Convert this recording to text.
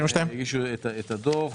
הם הגישו את הדוח.